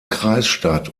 kreisstadt